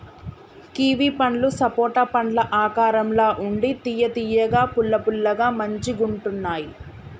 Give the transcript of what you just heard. kiwi పండ్లు సపోటా పండ్ల ఆకారం ల ఉండి తియ్య తియ్యగా పుల్ల పుల్లగా మంచిగుంటున్నాయ్